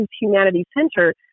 humanity-centered